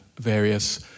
various